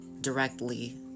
directly